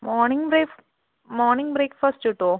morning break morning breakfast കിട്ടോ